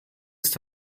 ist